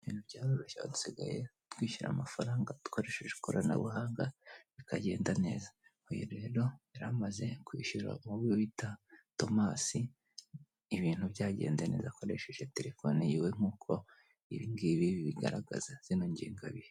Ibintu byaroroshye dusigaye twishyura amafaranga dukoresheje ikoranabuhanga bikagenda neza, uyu rero yari amaze kwishyura uwo bita Thomas, ibintu byagenze neza akoresheje telefone y'iwe, nkuko ibi ngibi bigaragaza izino ngengabihe.